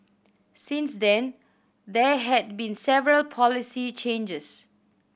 since then there had been several policy changes